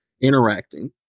interacting